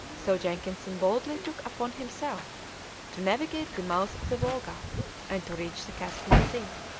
so jenkinson boldly took upon himself to navigate the mouth of the volga and to reach the caspian sea.